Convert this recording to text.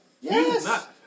Yes